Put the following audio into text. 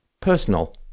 personal